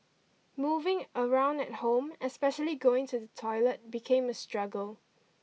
moving around at home especially going to the toilet became a struggle